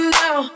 now